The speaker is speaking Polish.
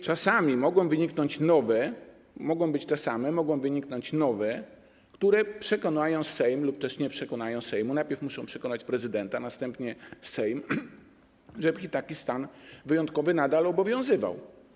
Czasami mogą wyniknąć nowe - mogą być te same - okoliczności, które przekonają Sejm lub też nie przekonają Sejmu, najpierw muszą przekonać prezydenta, następnie Sejm, do tego, żeby taki stan wyjątkowy nadal obowiązywał.